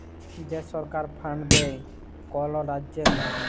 যে ছরকার ফাল্ড দেয় কল রাজ্যের লামে